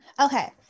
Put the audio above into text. okay